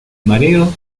mareo